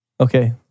okay